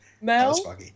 Mel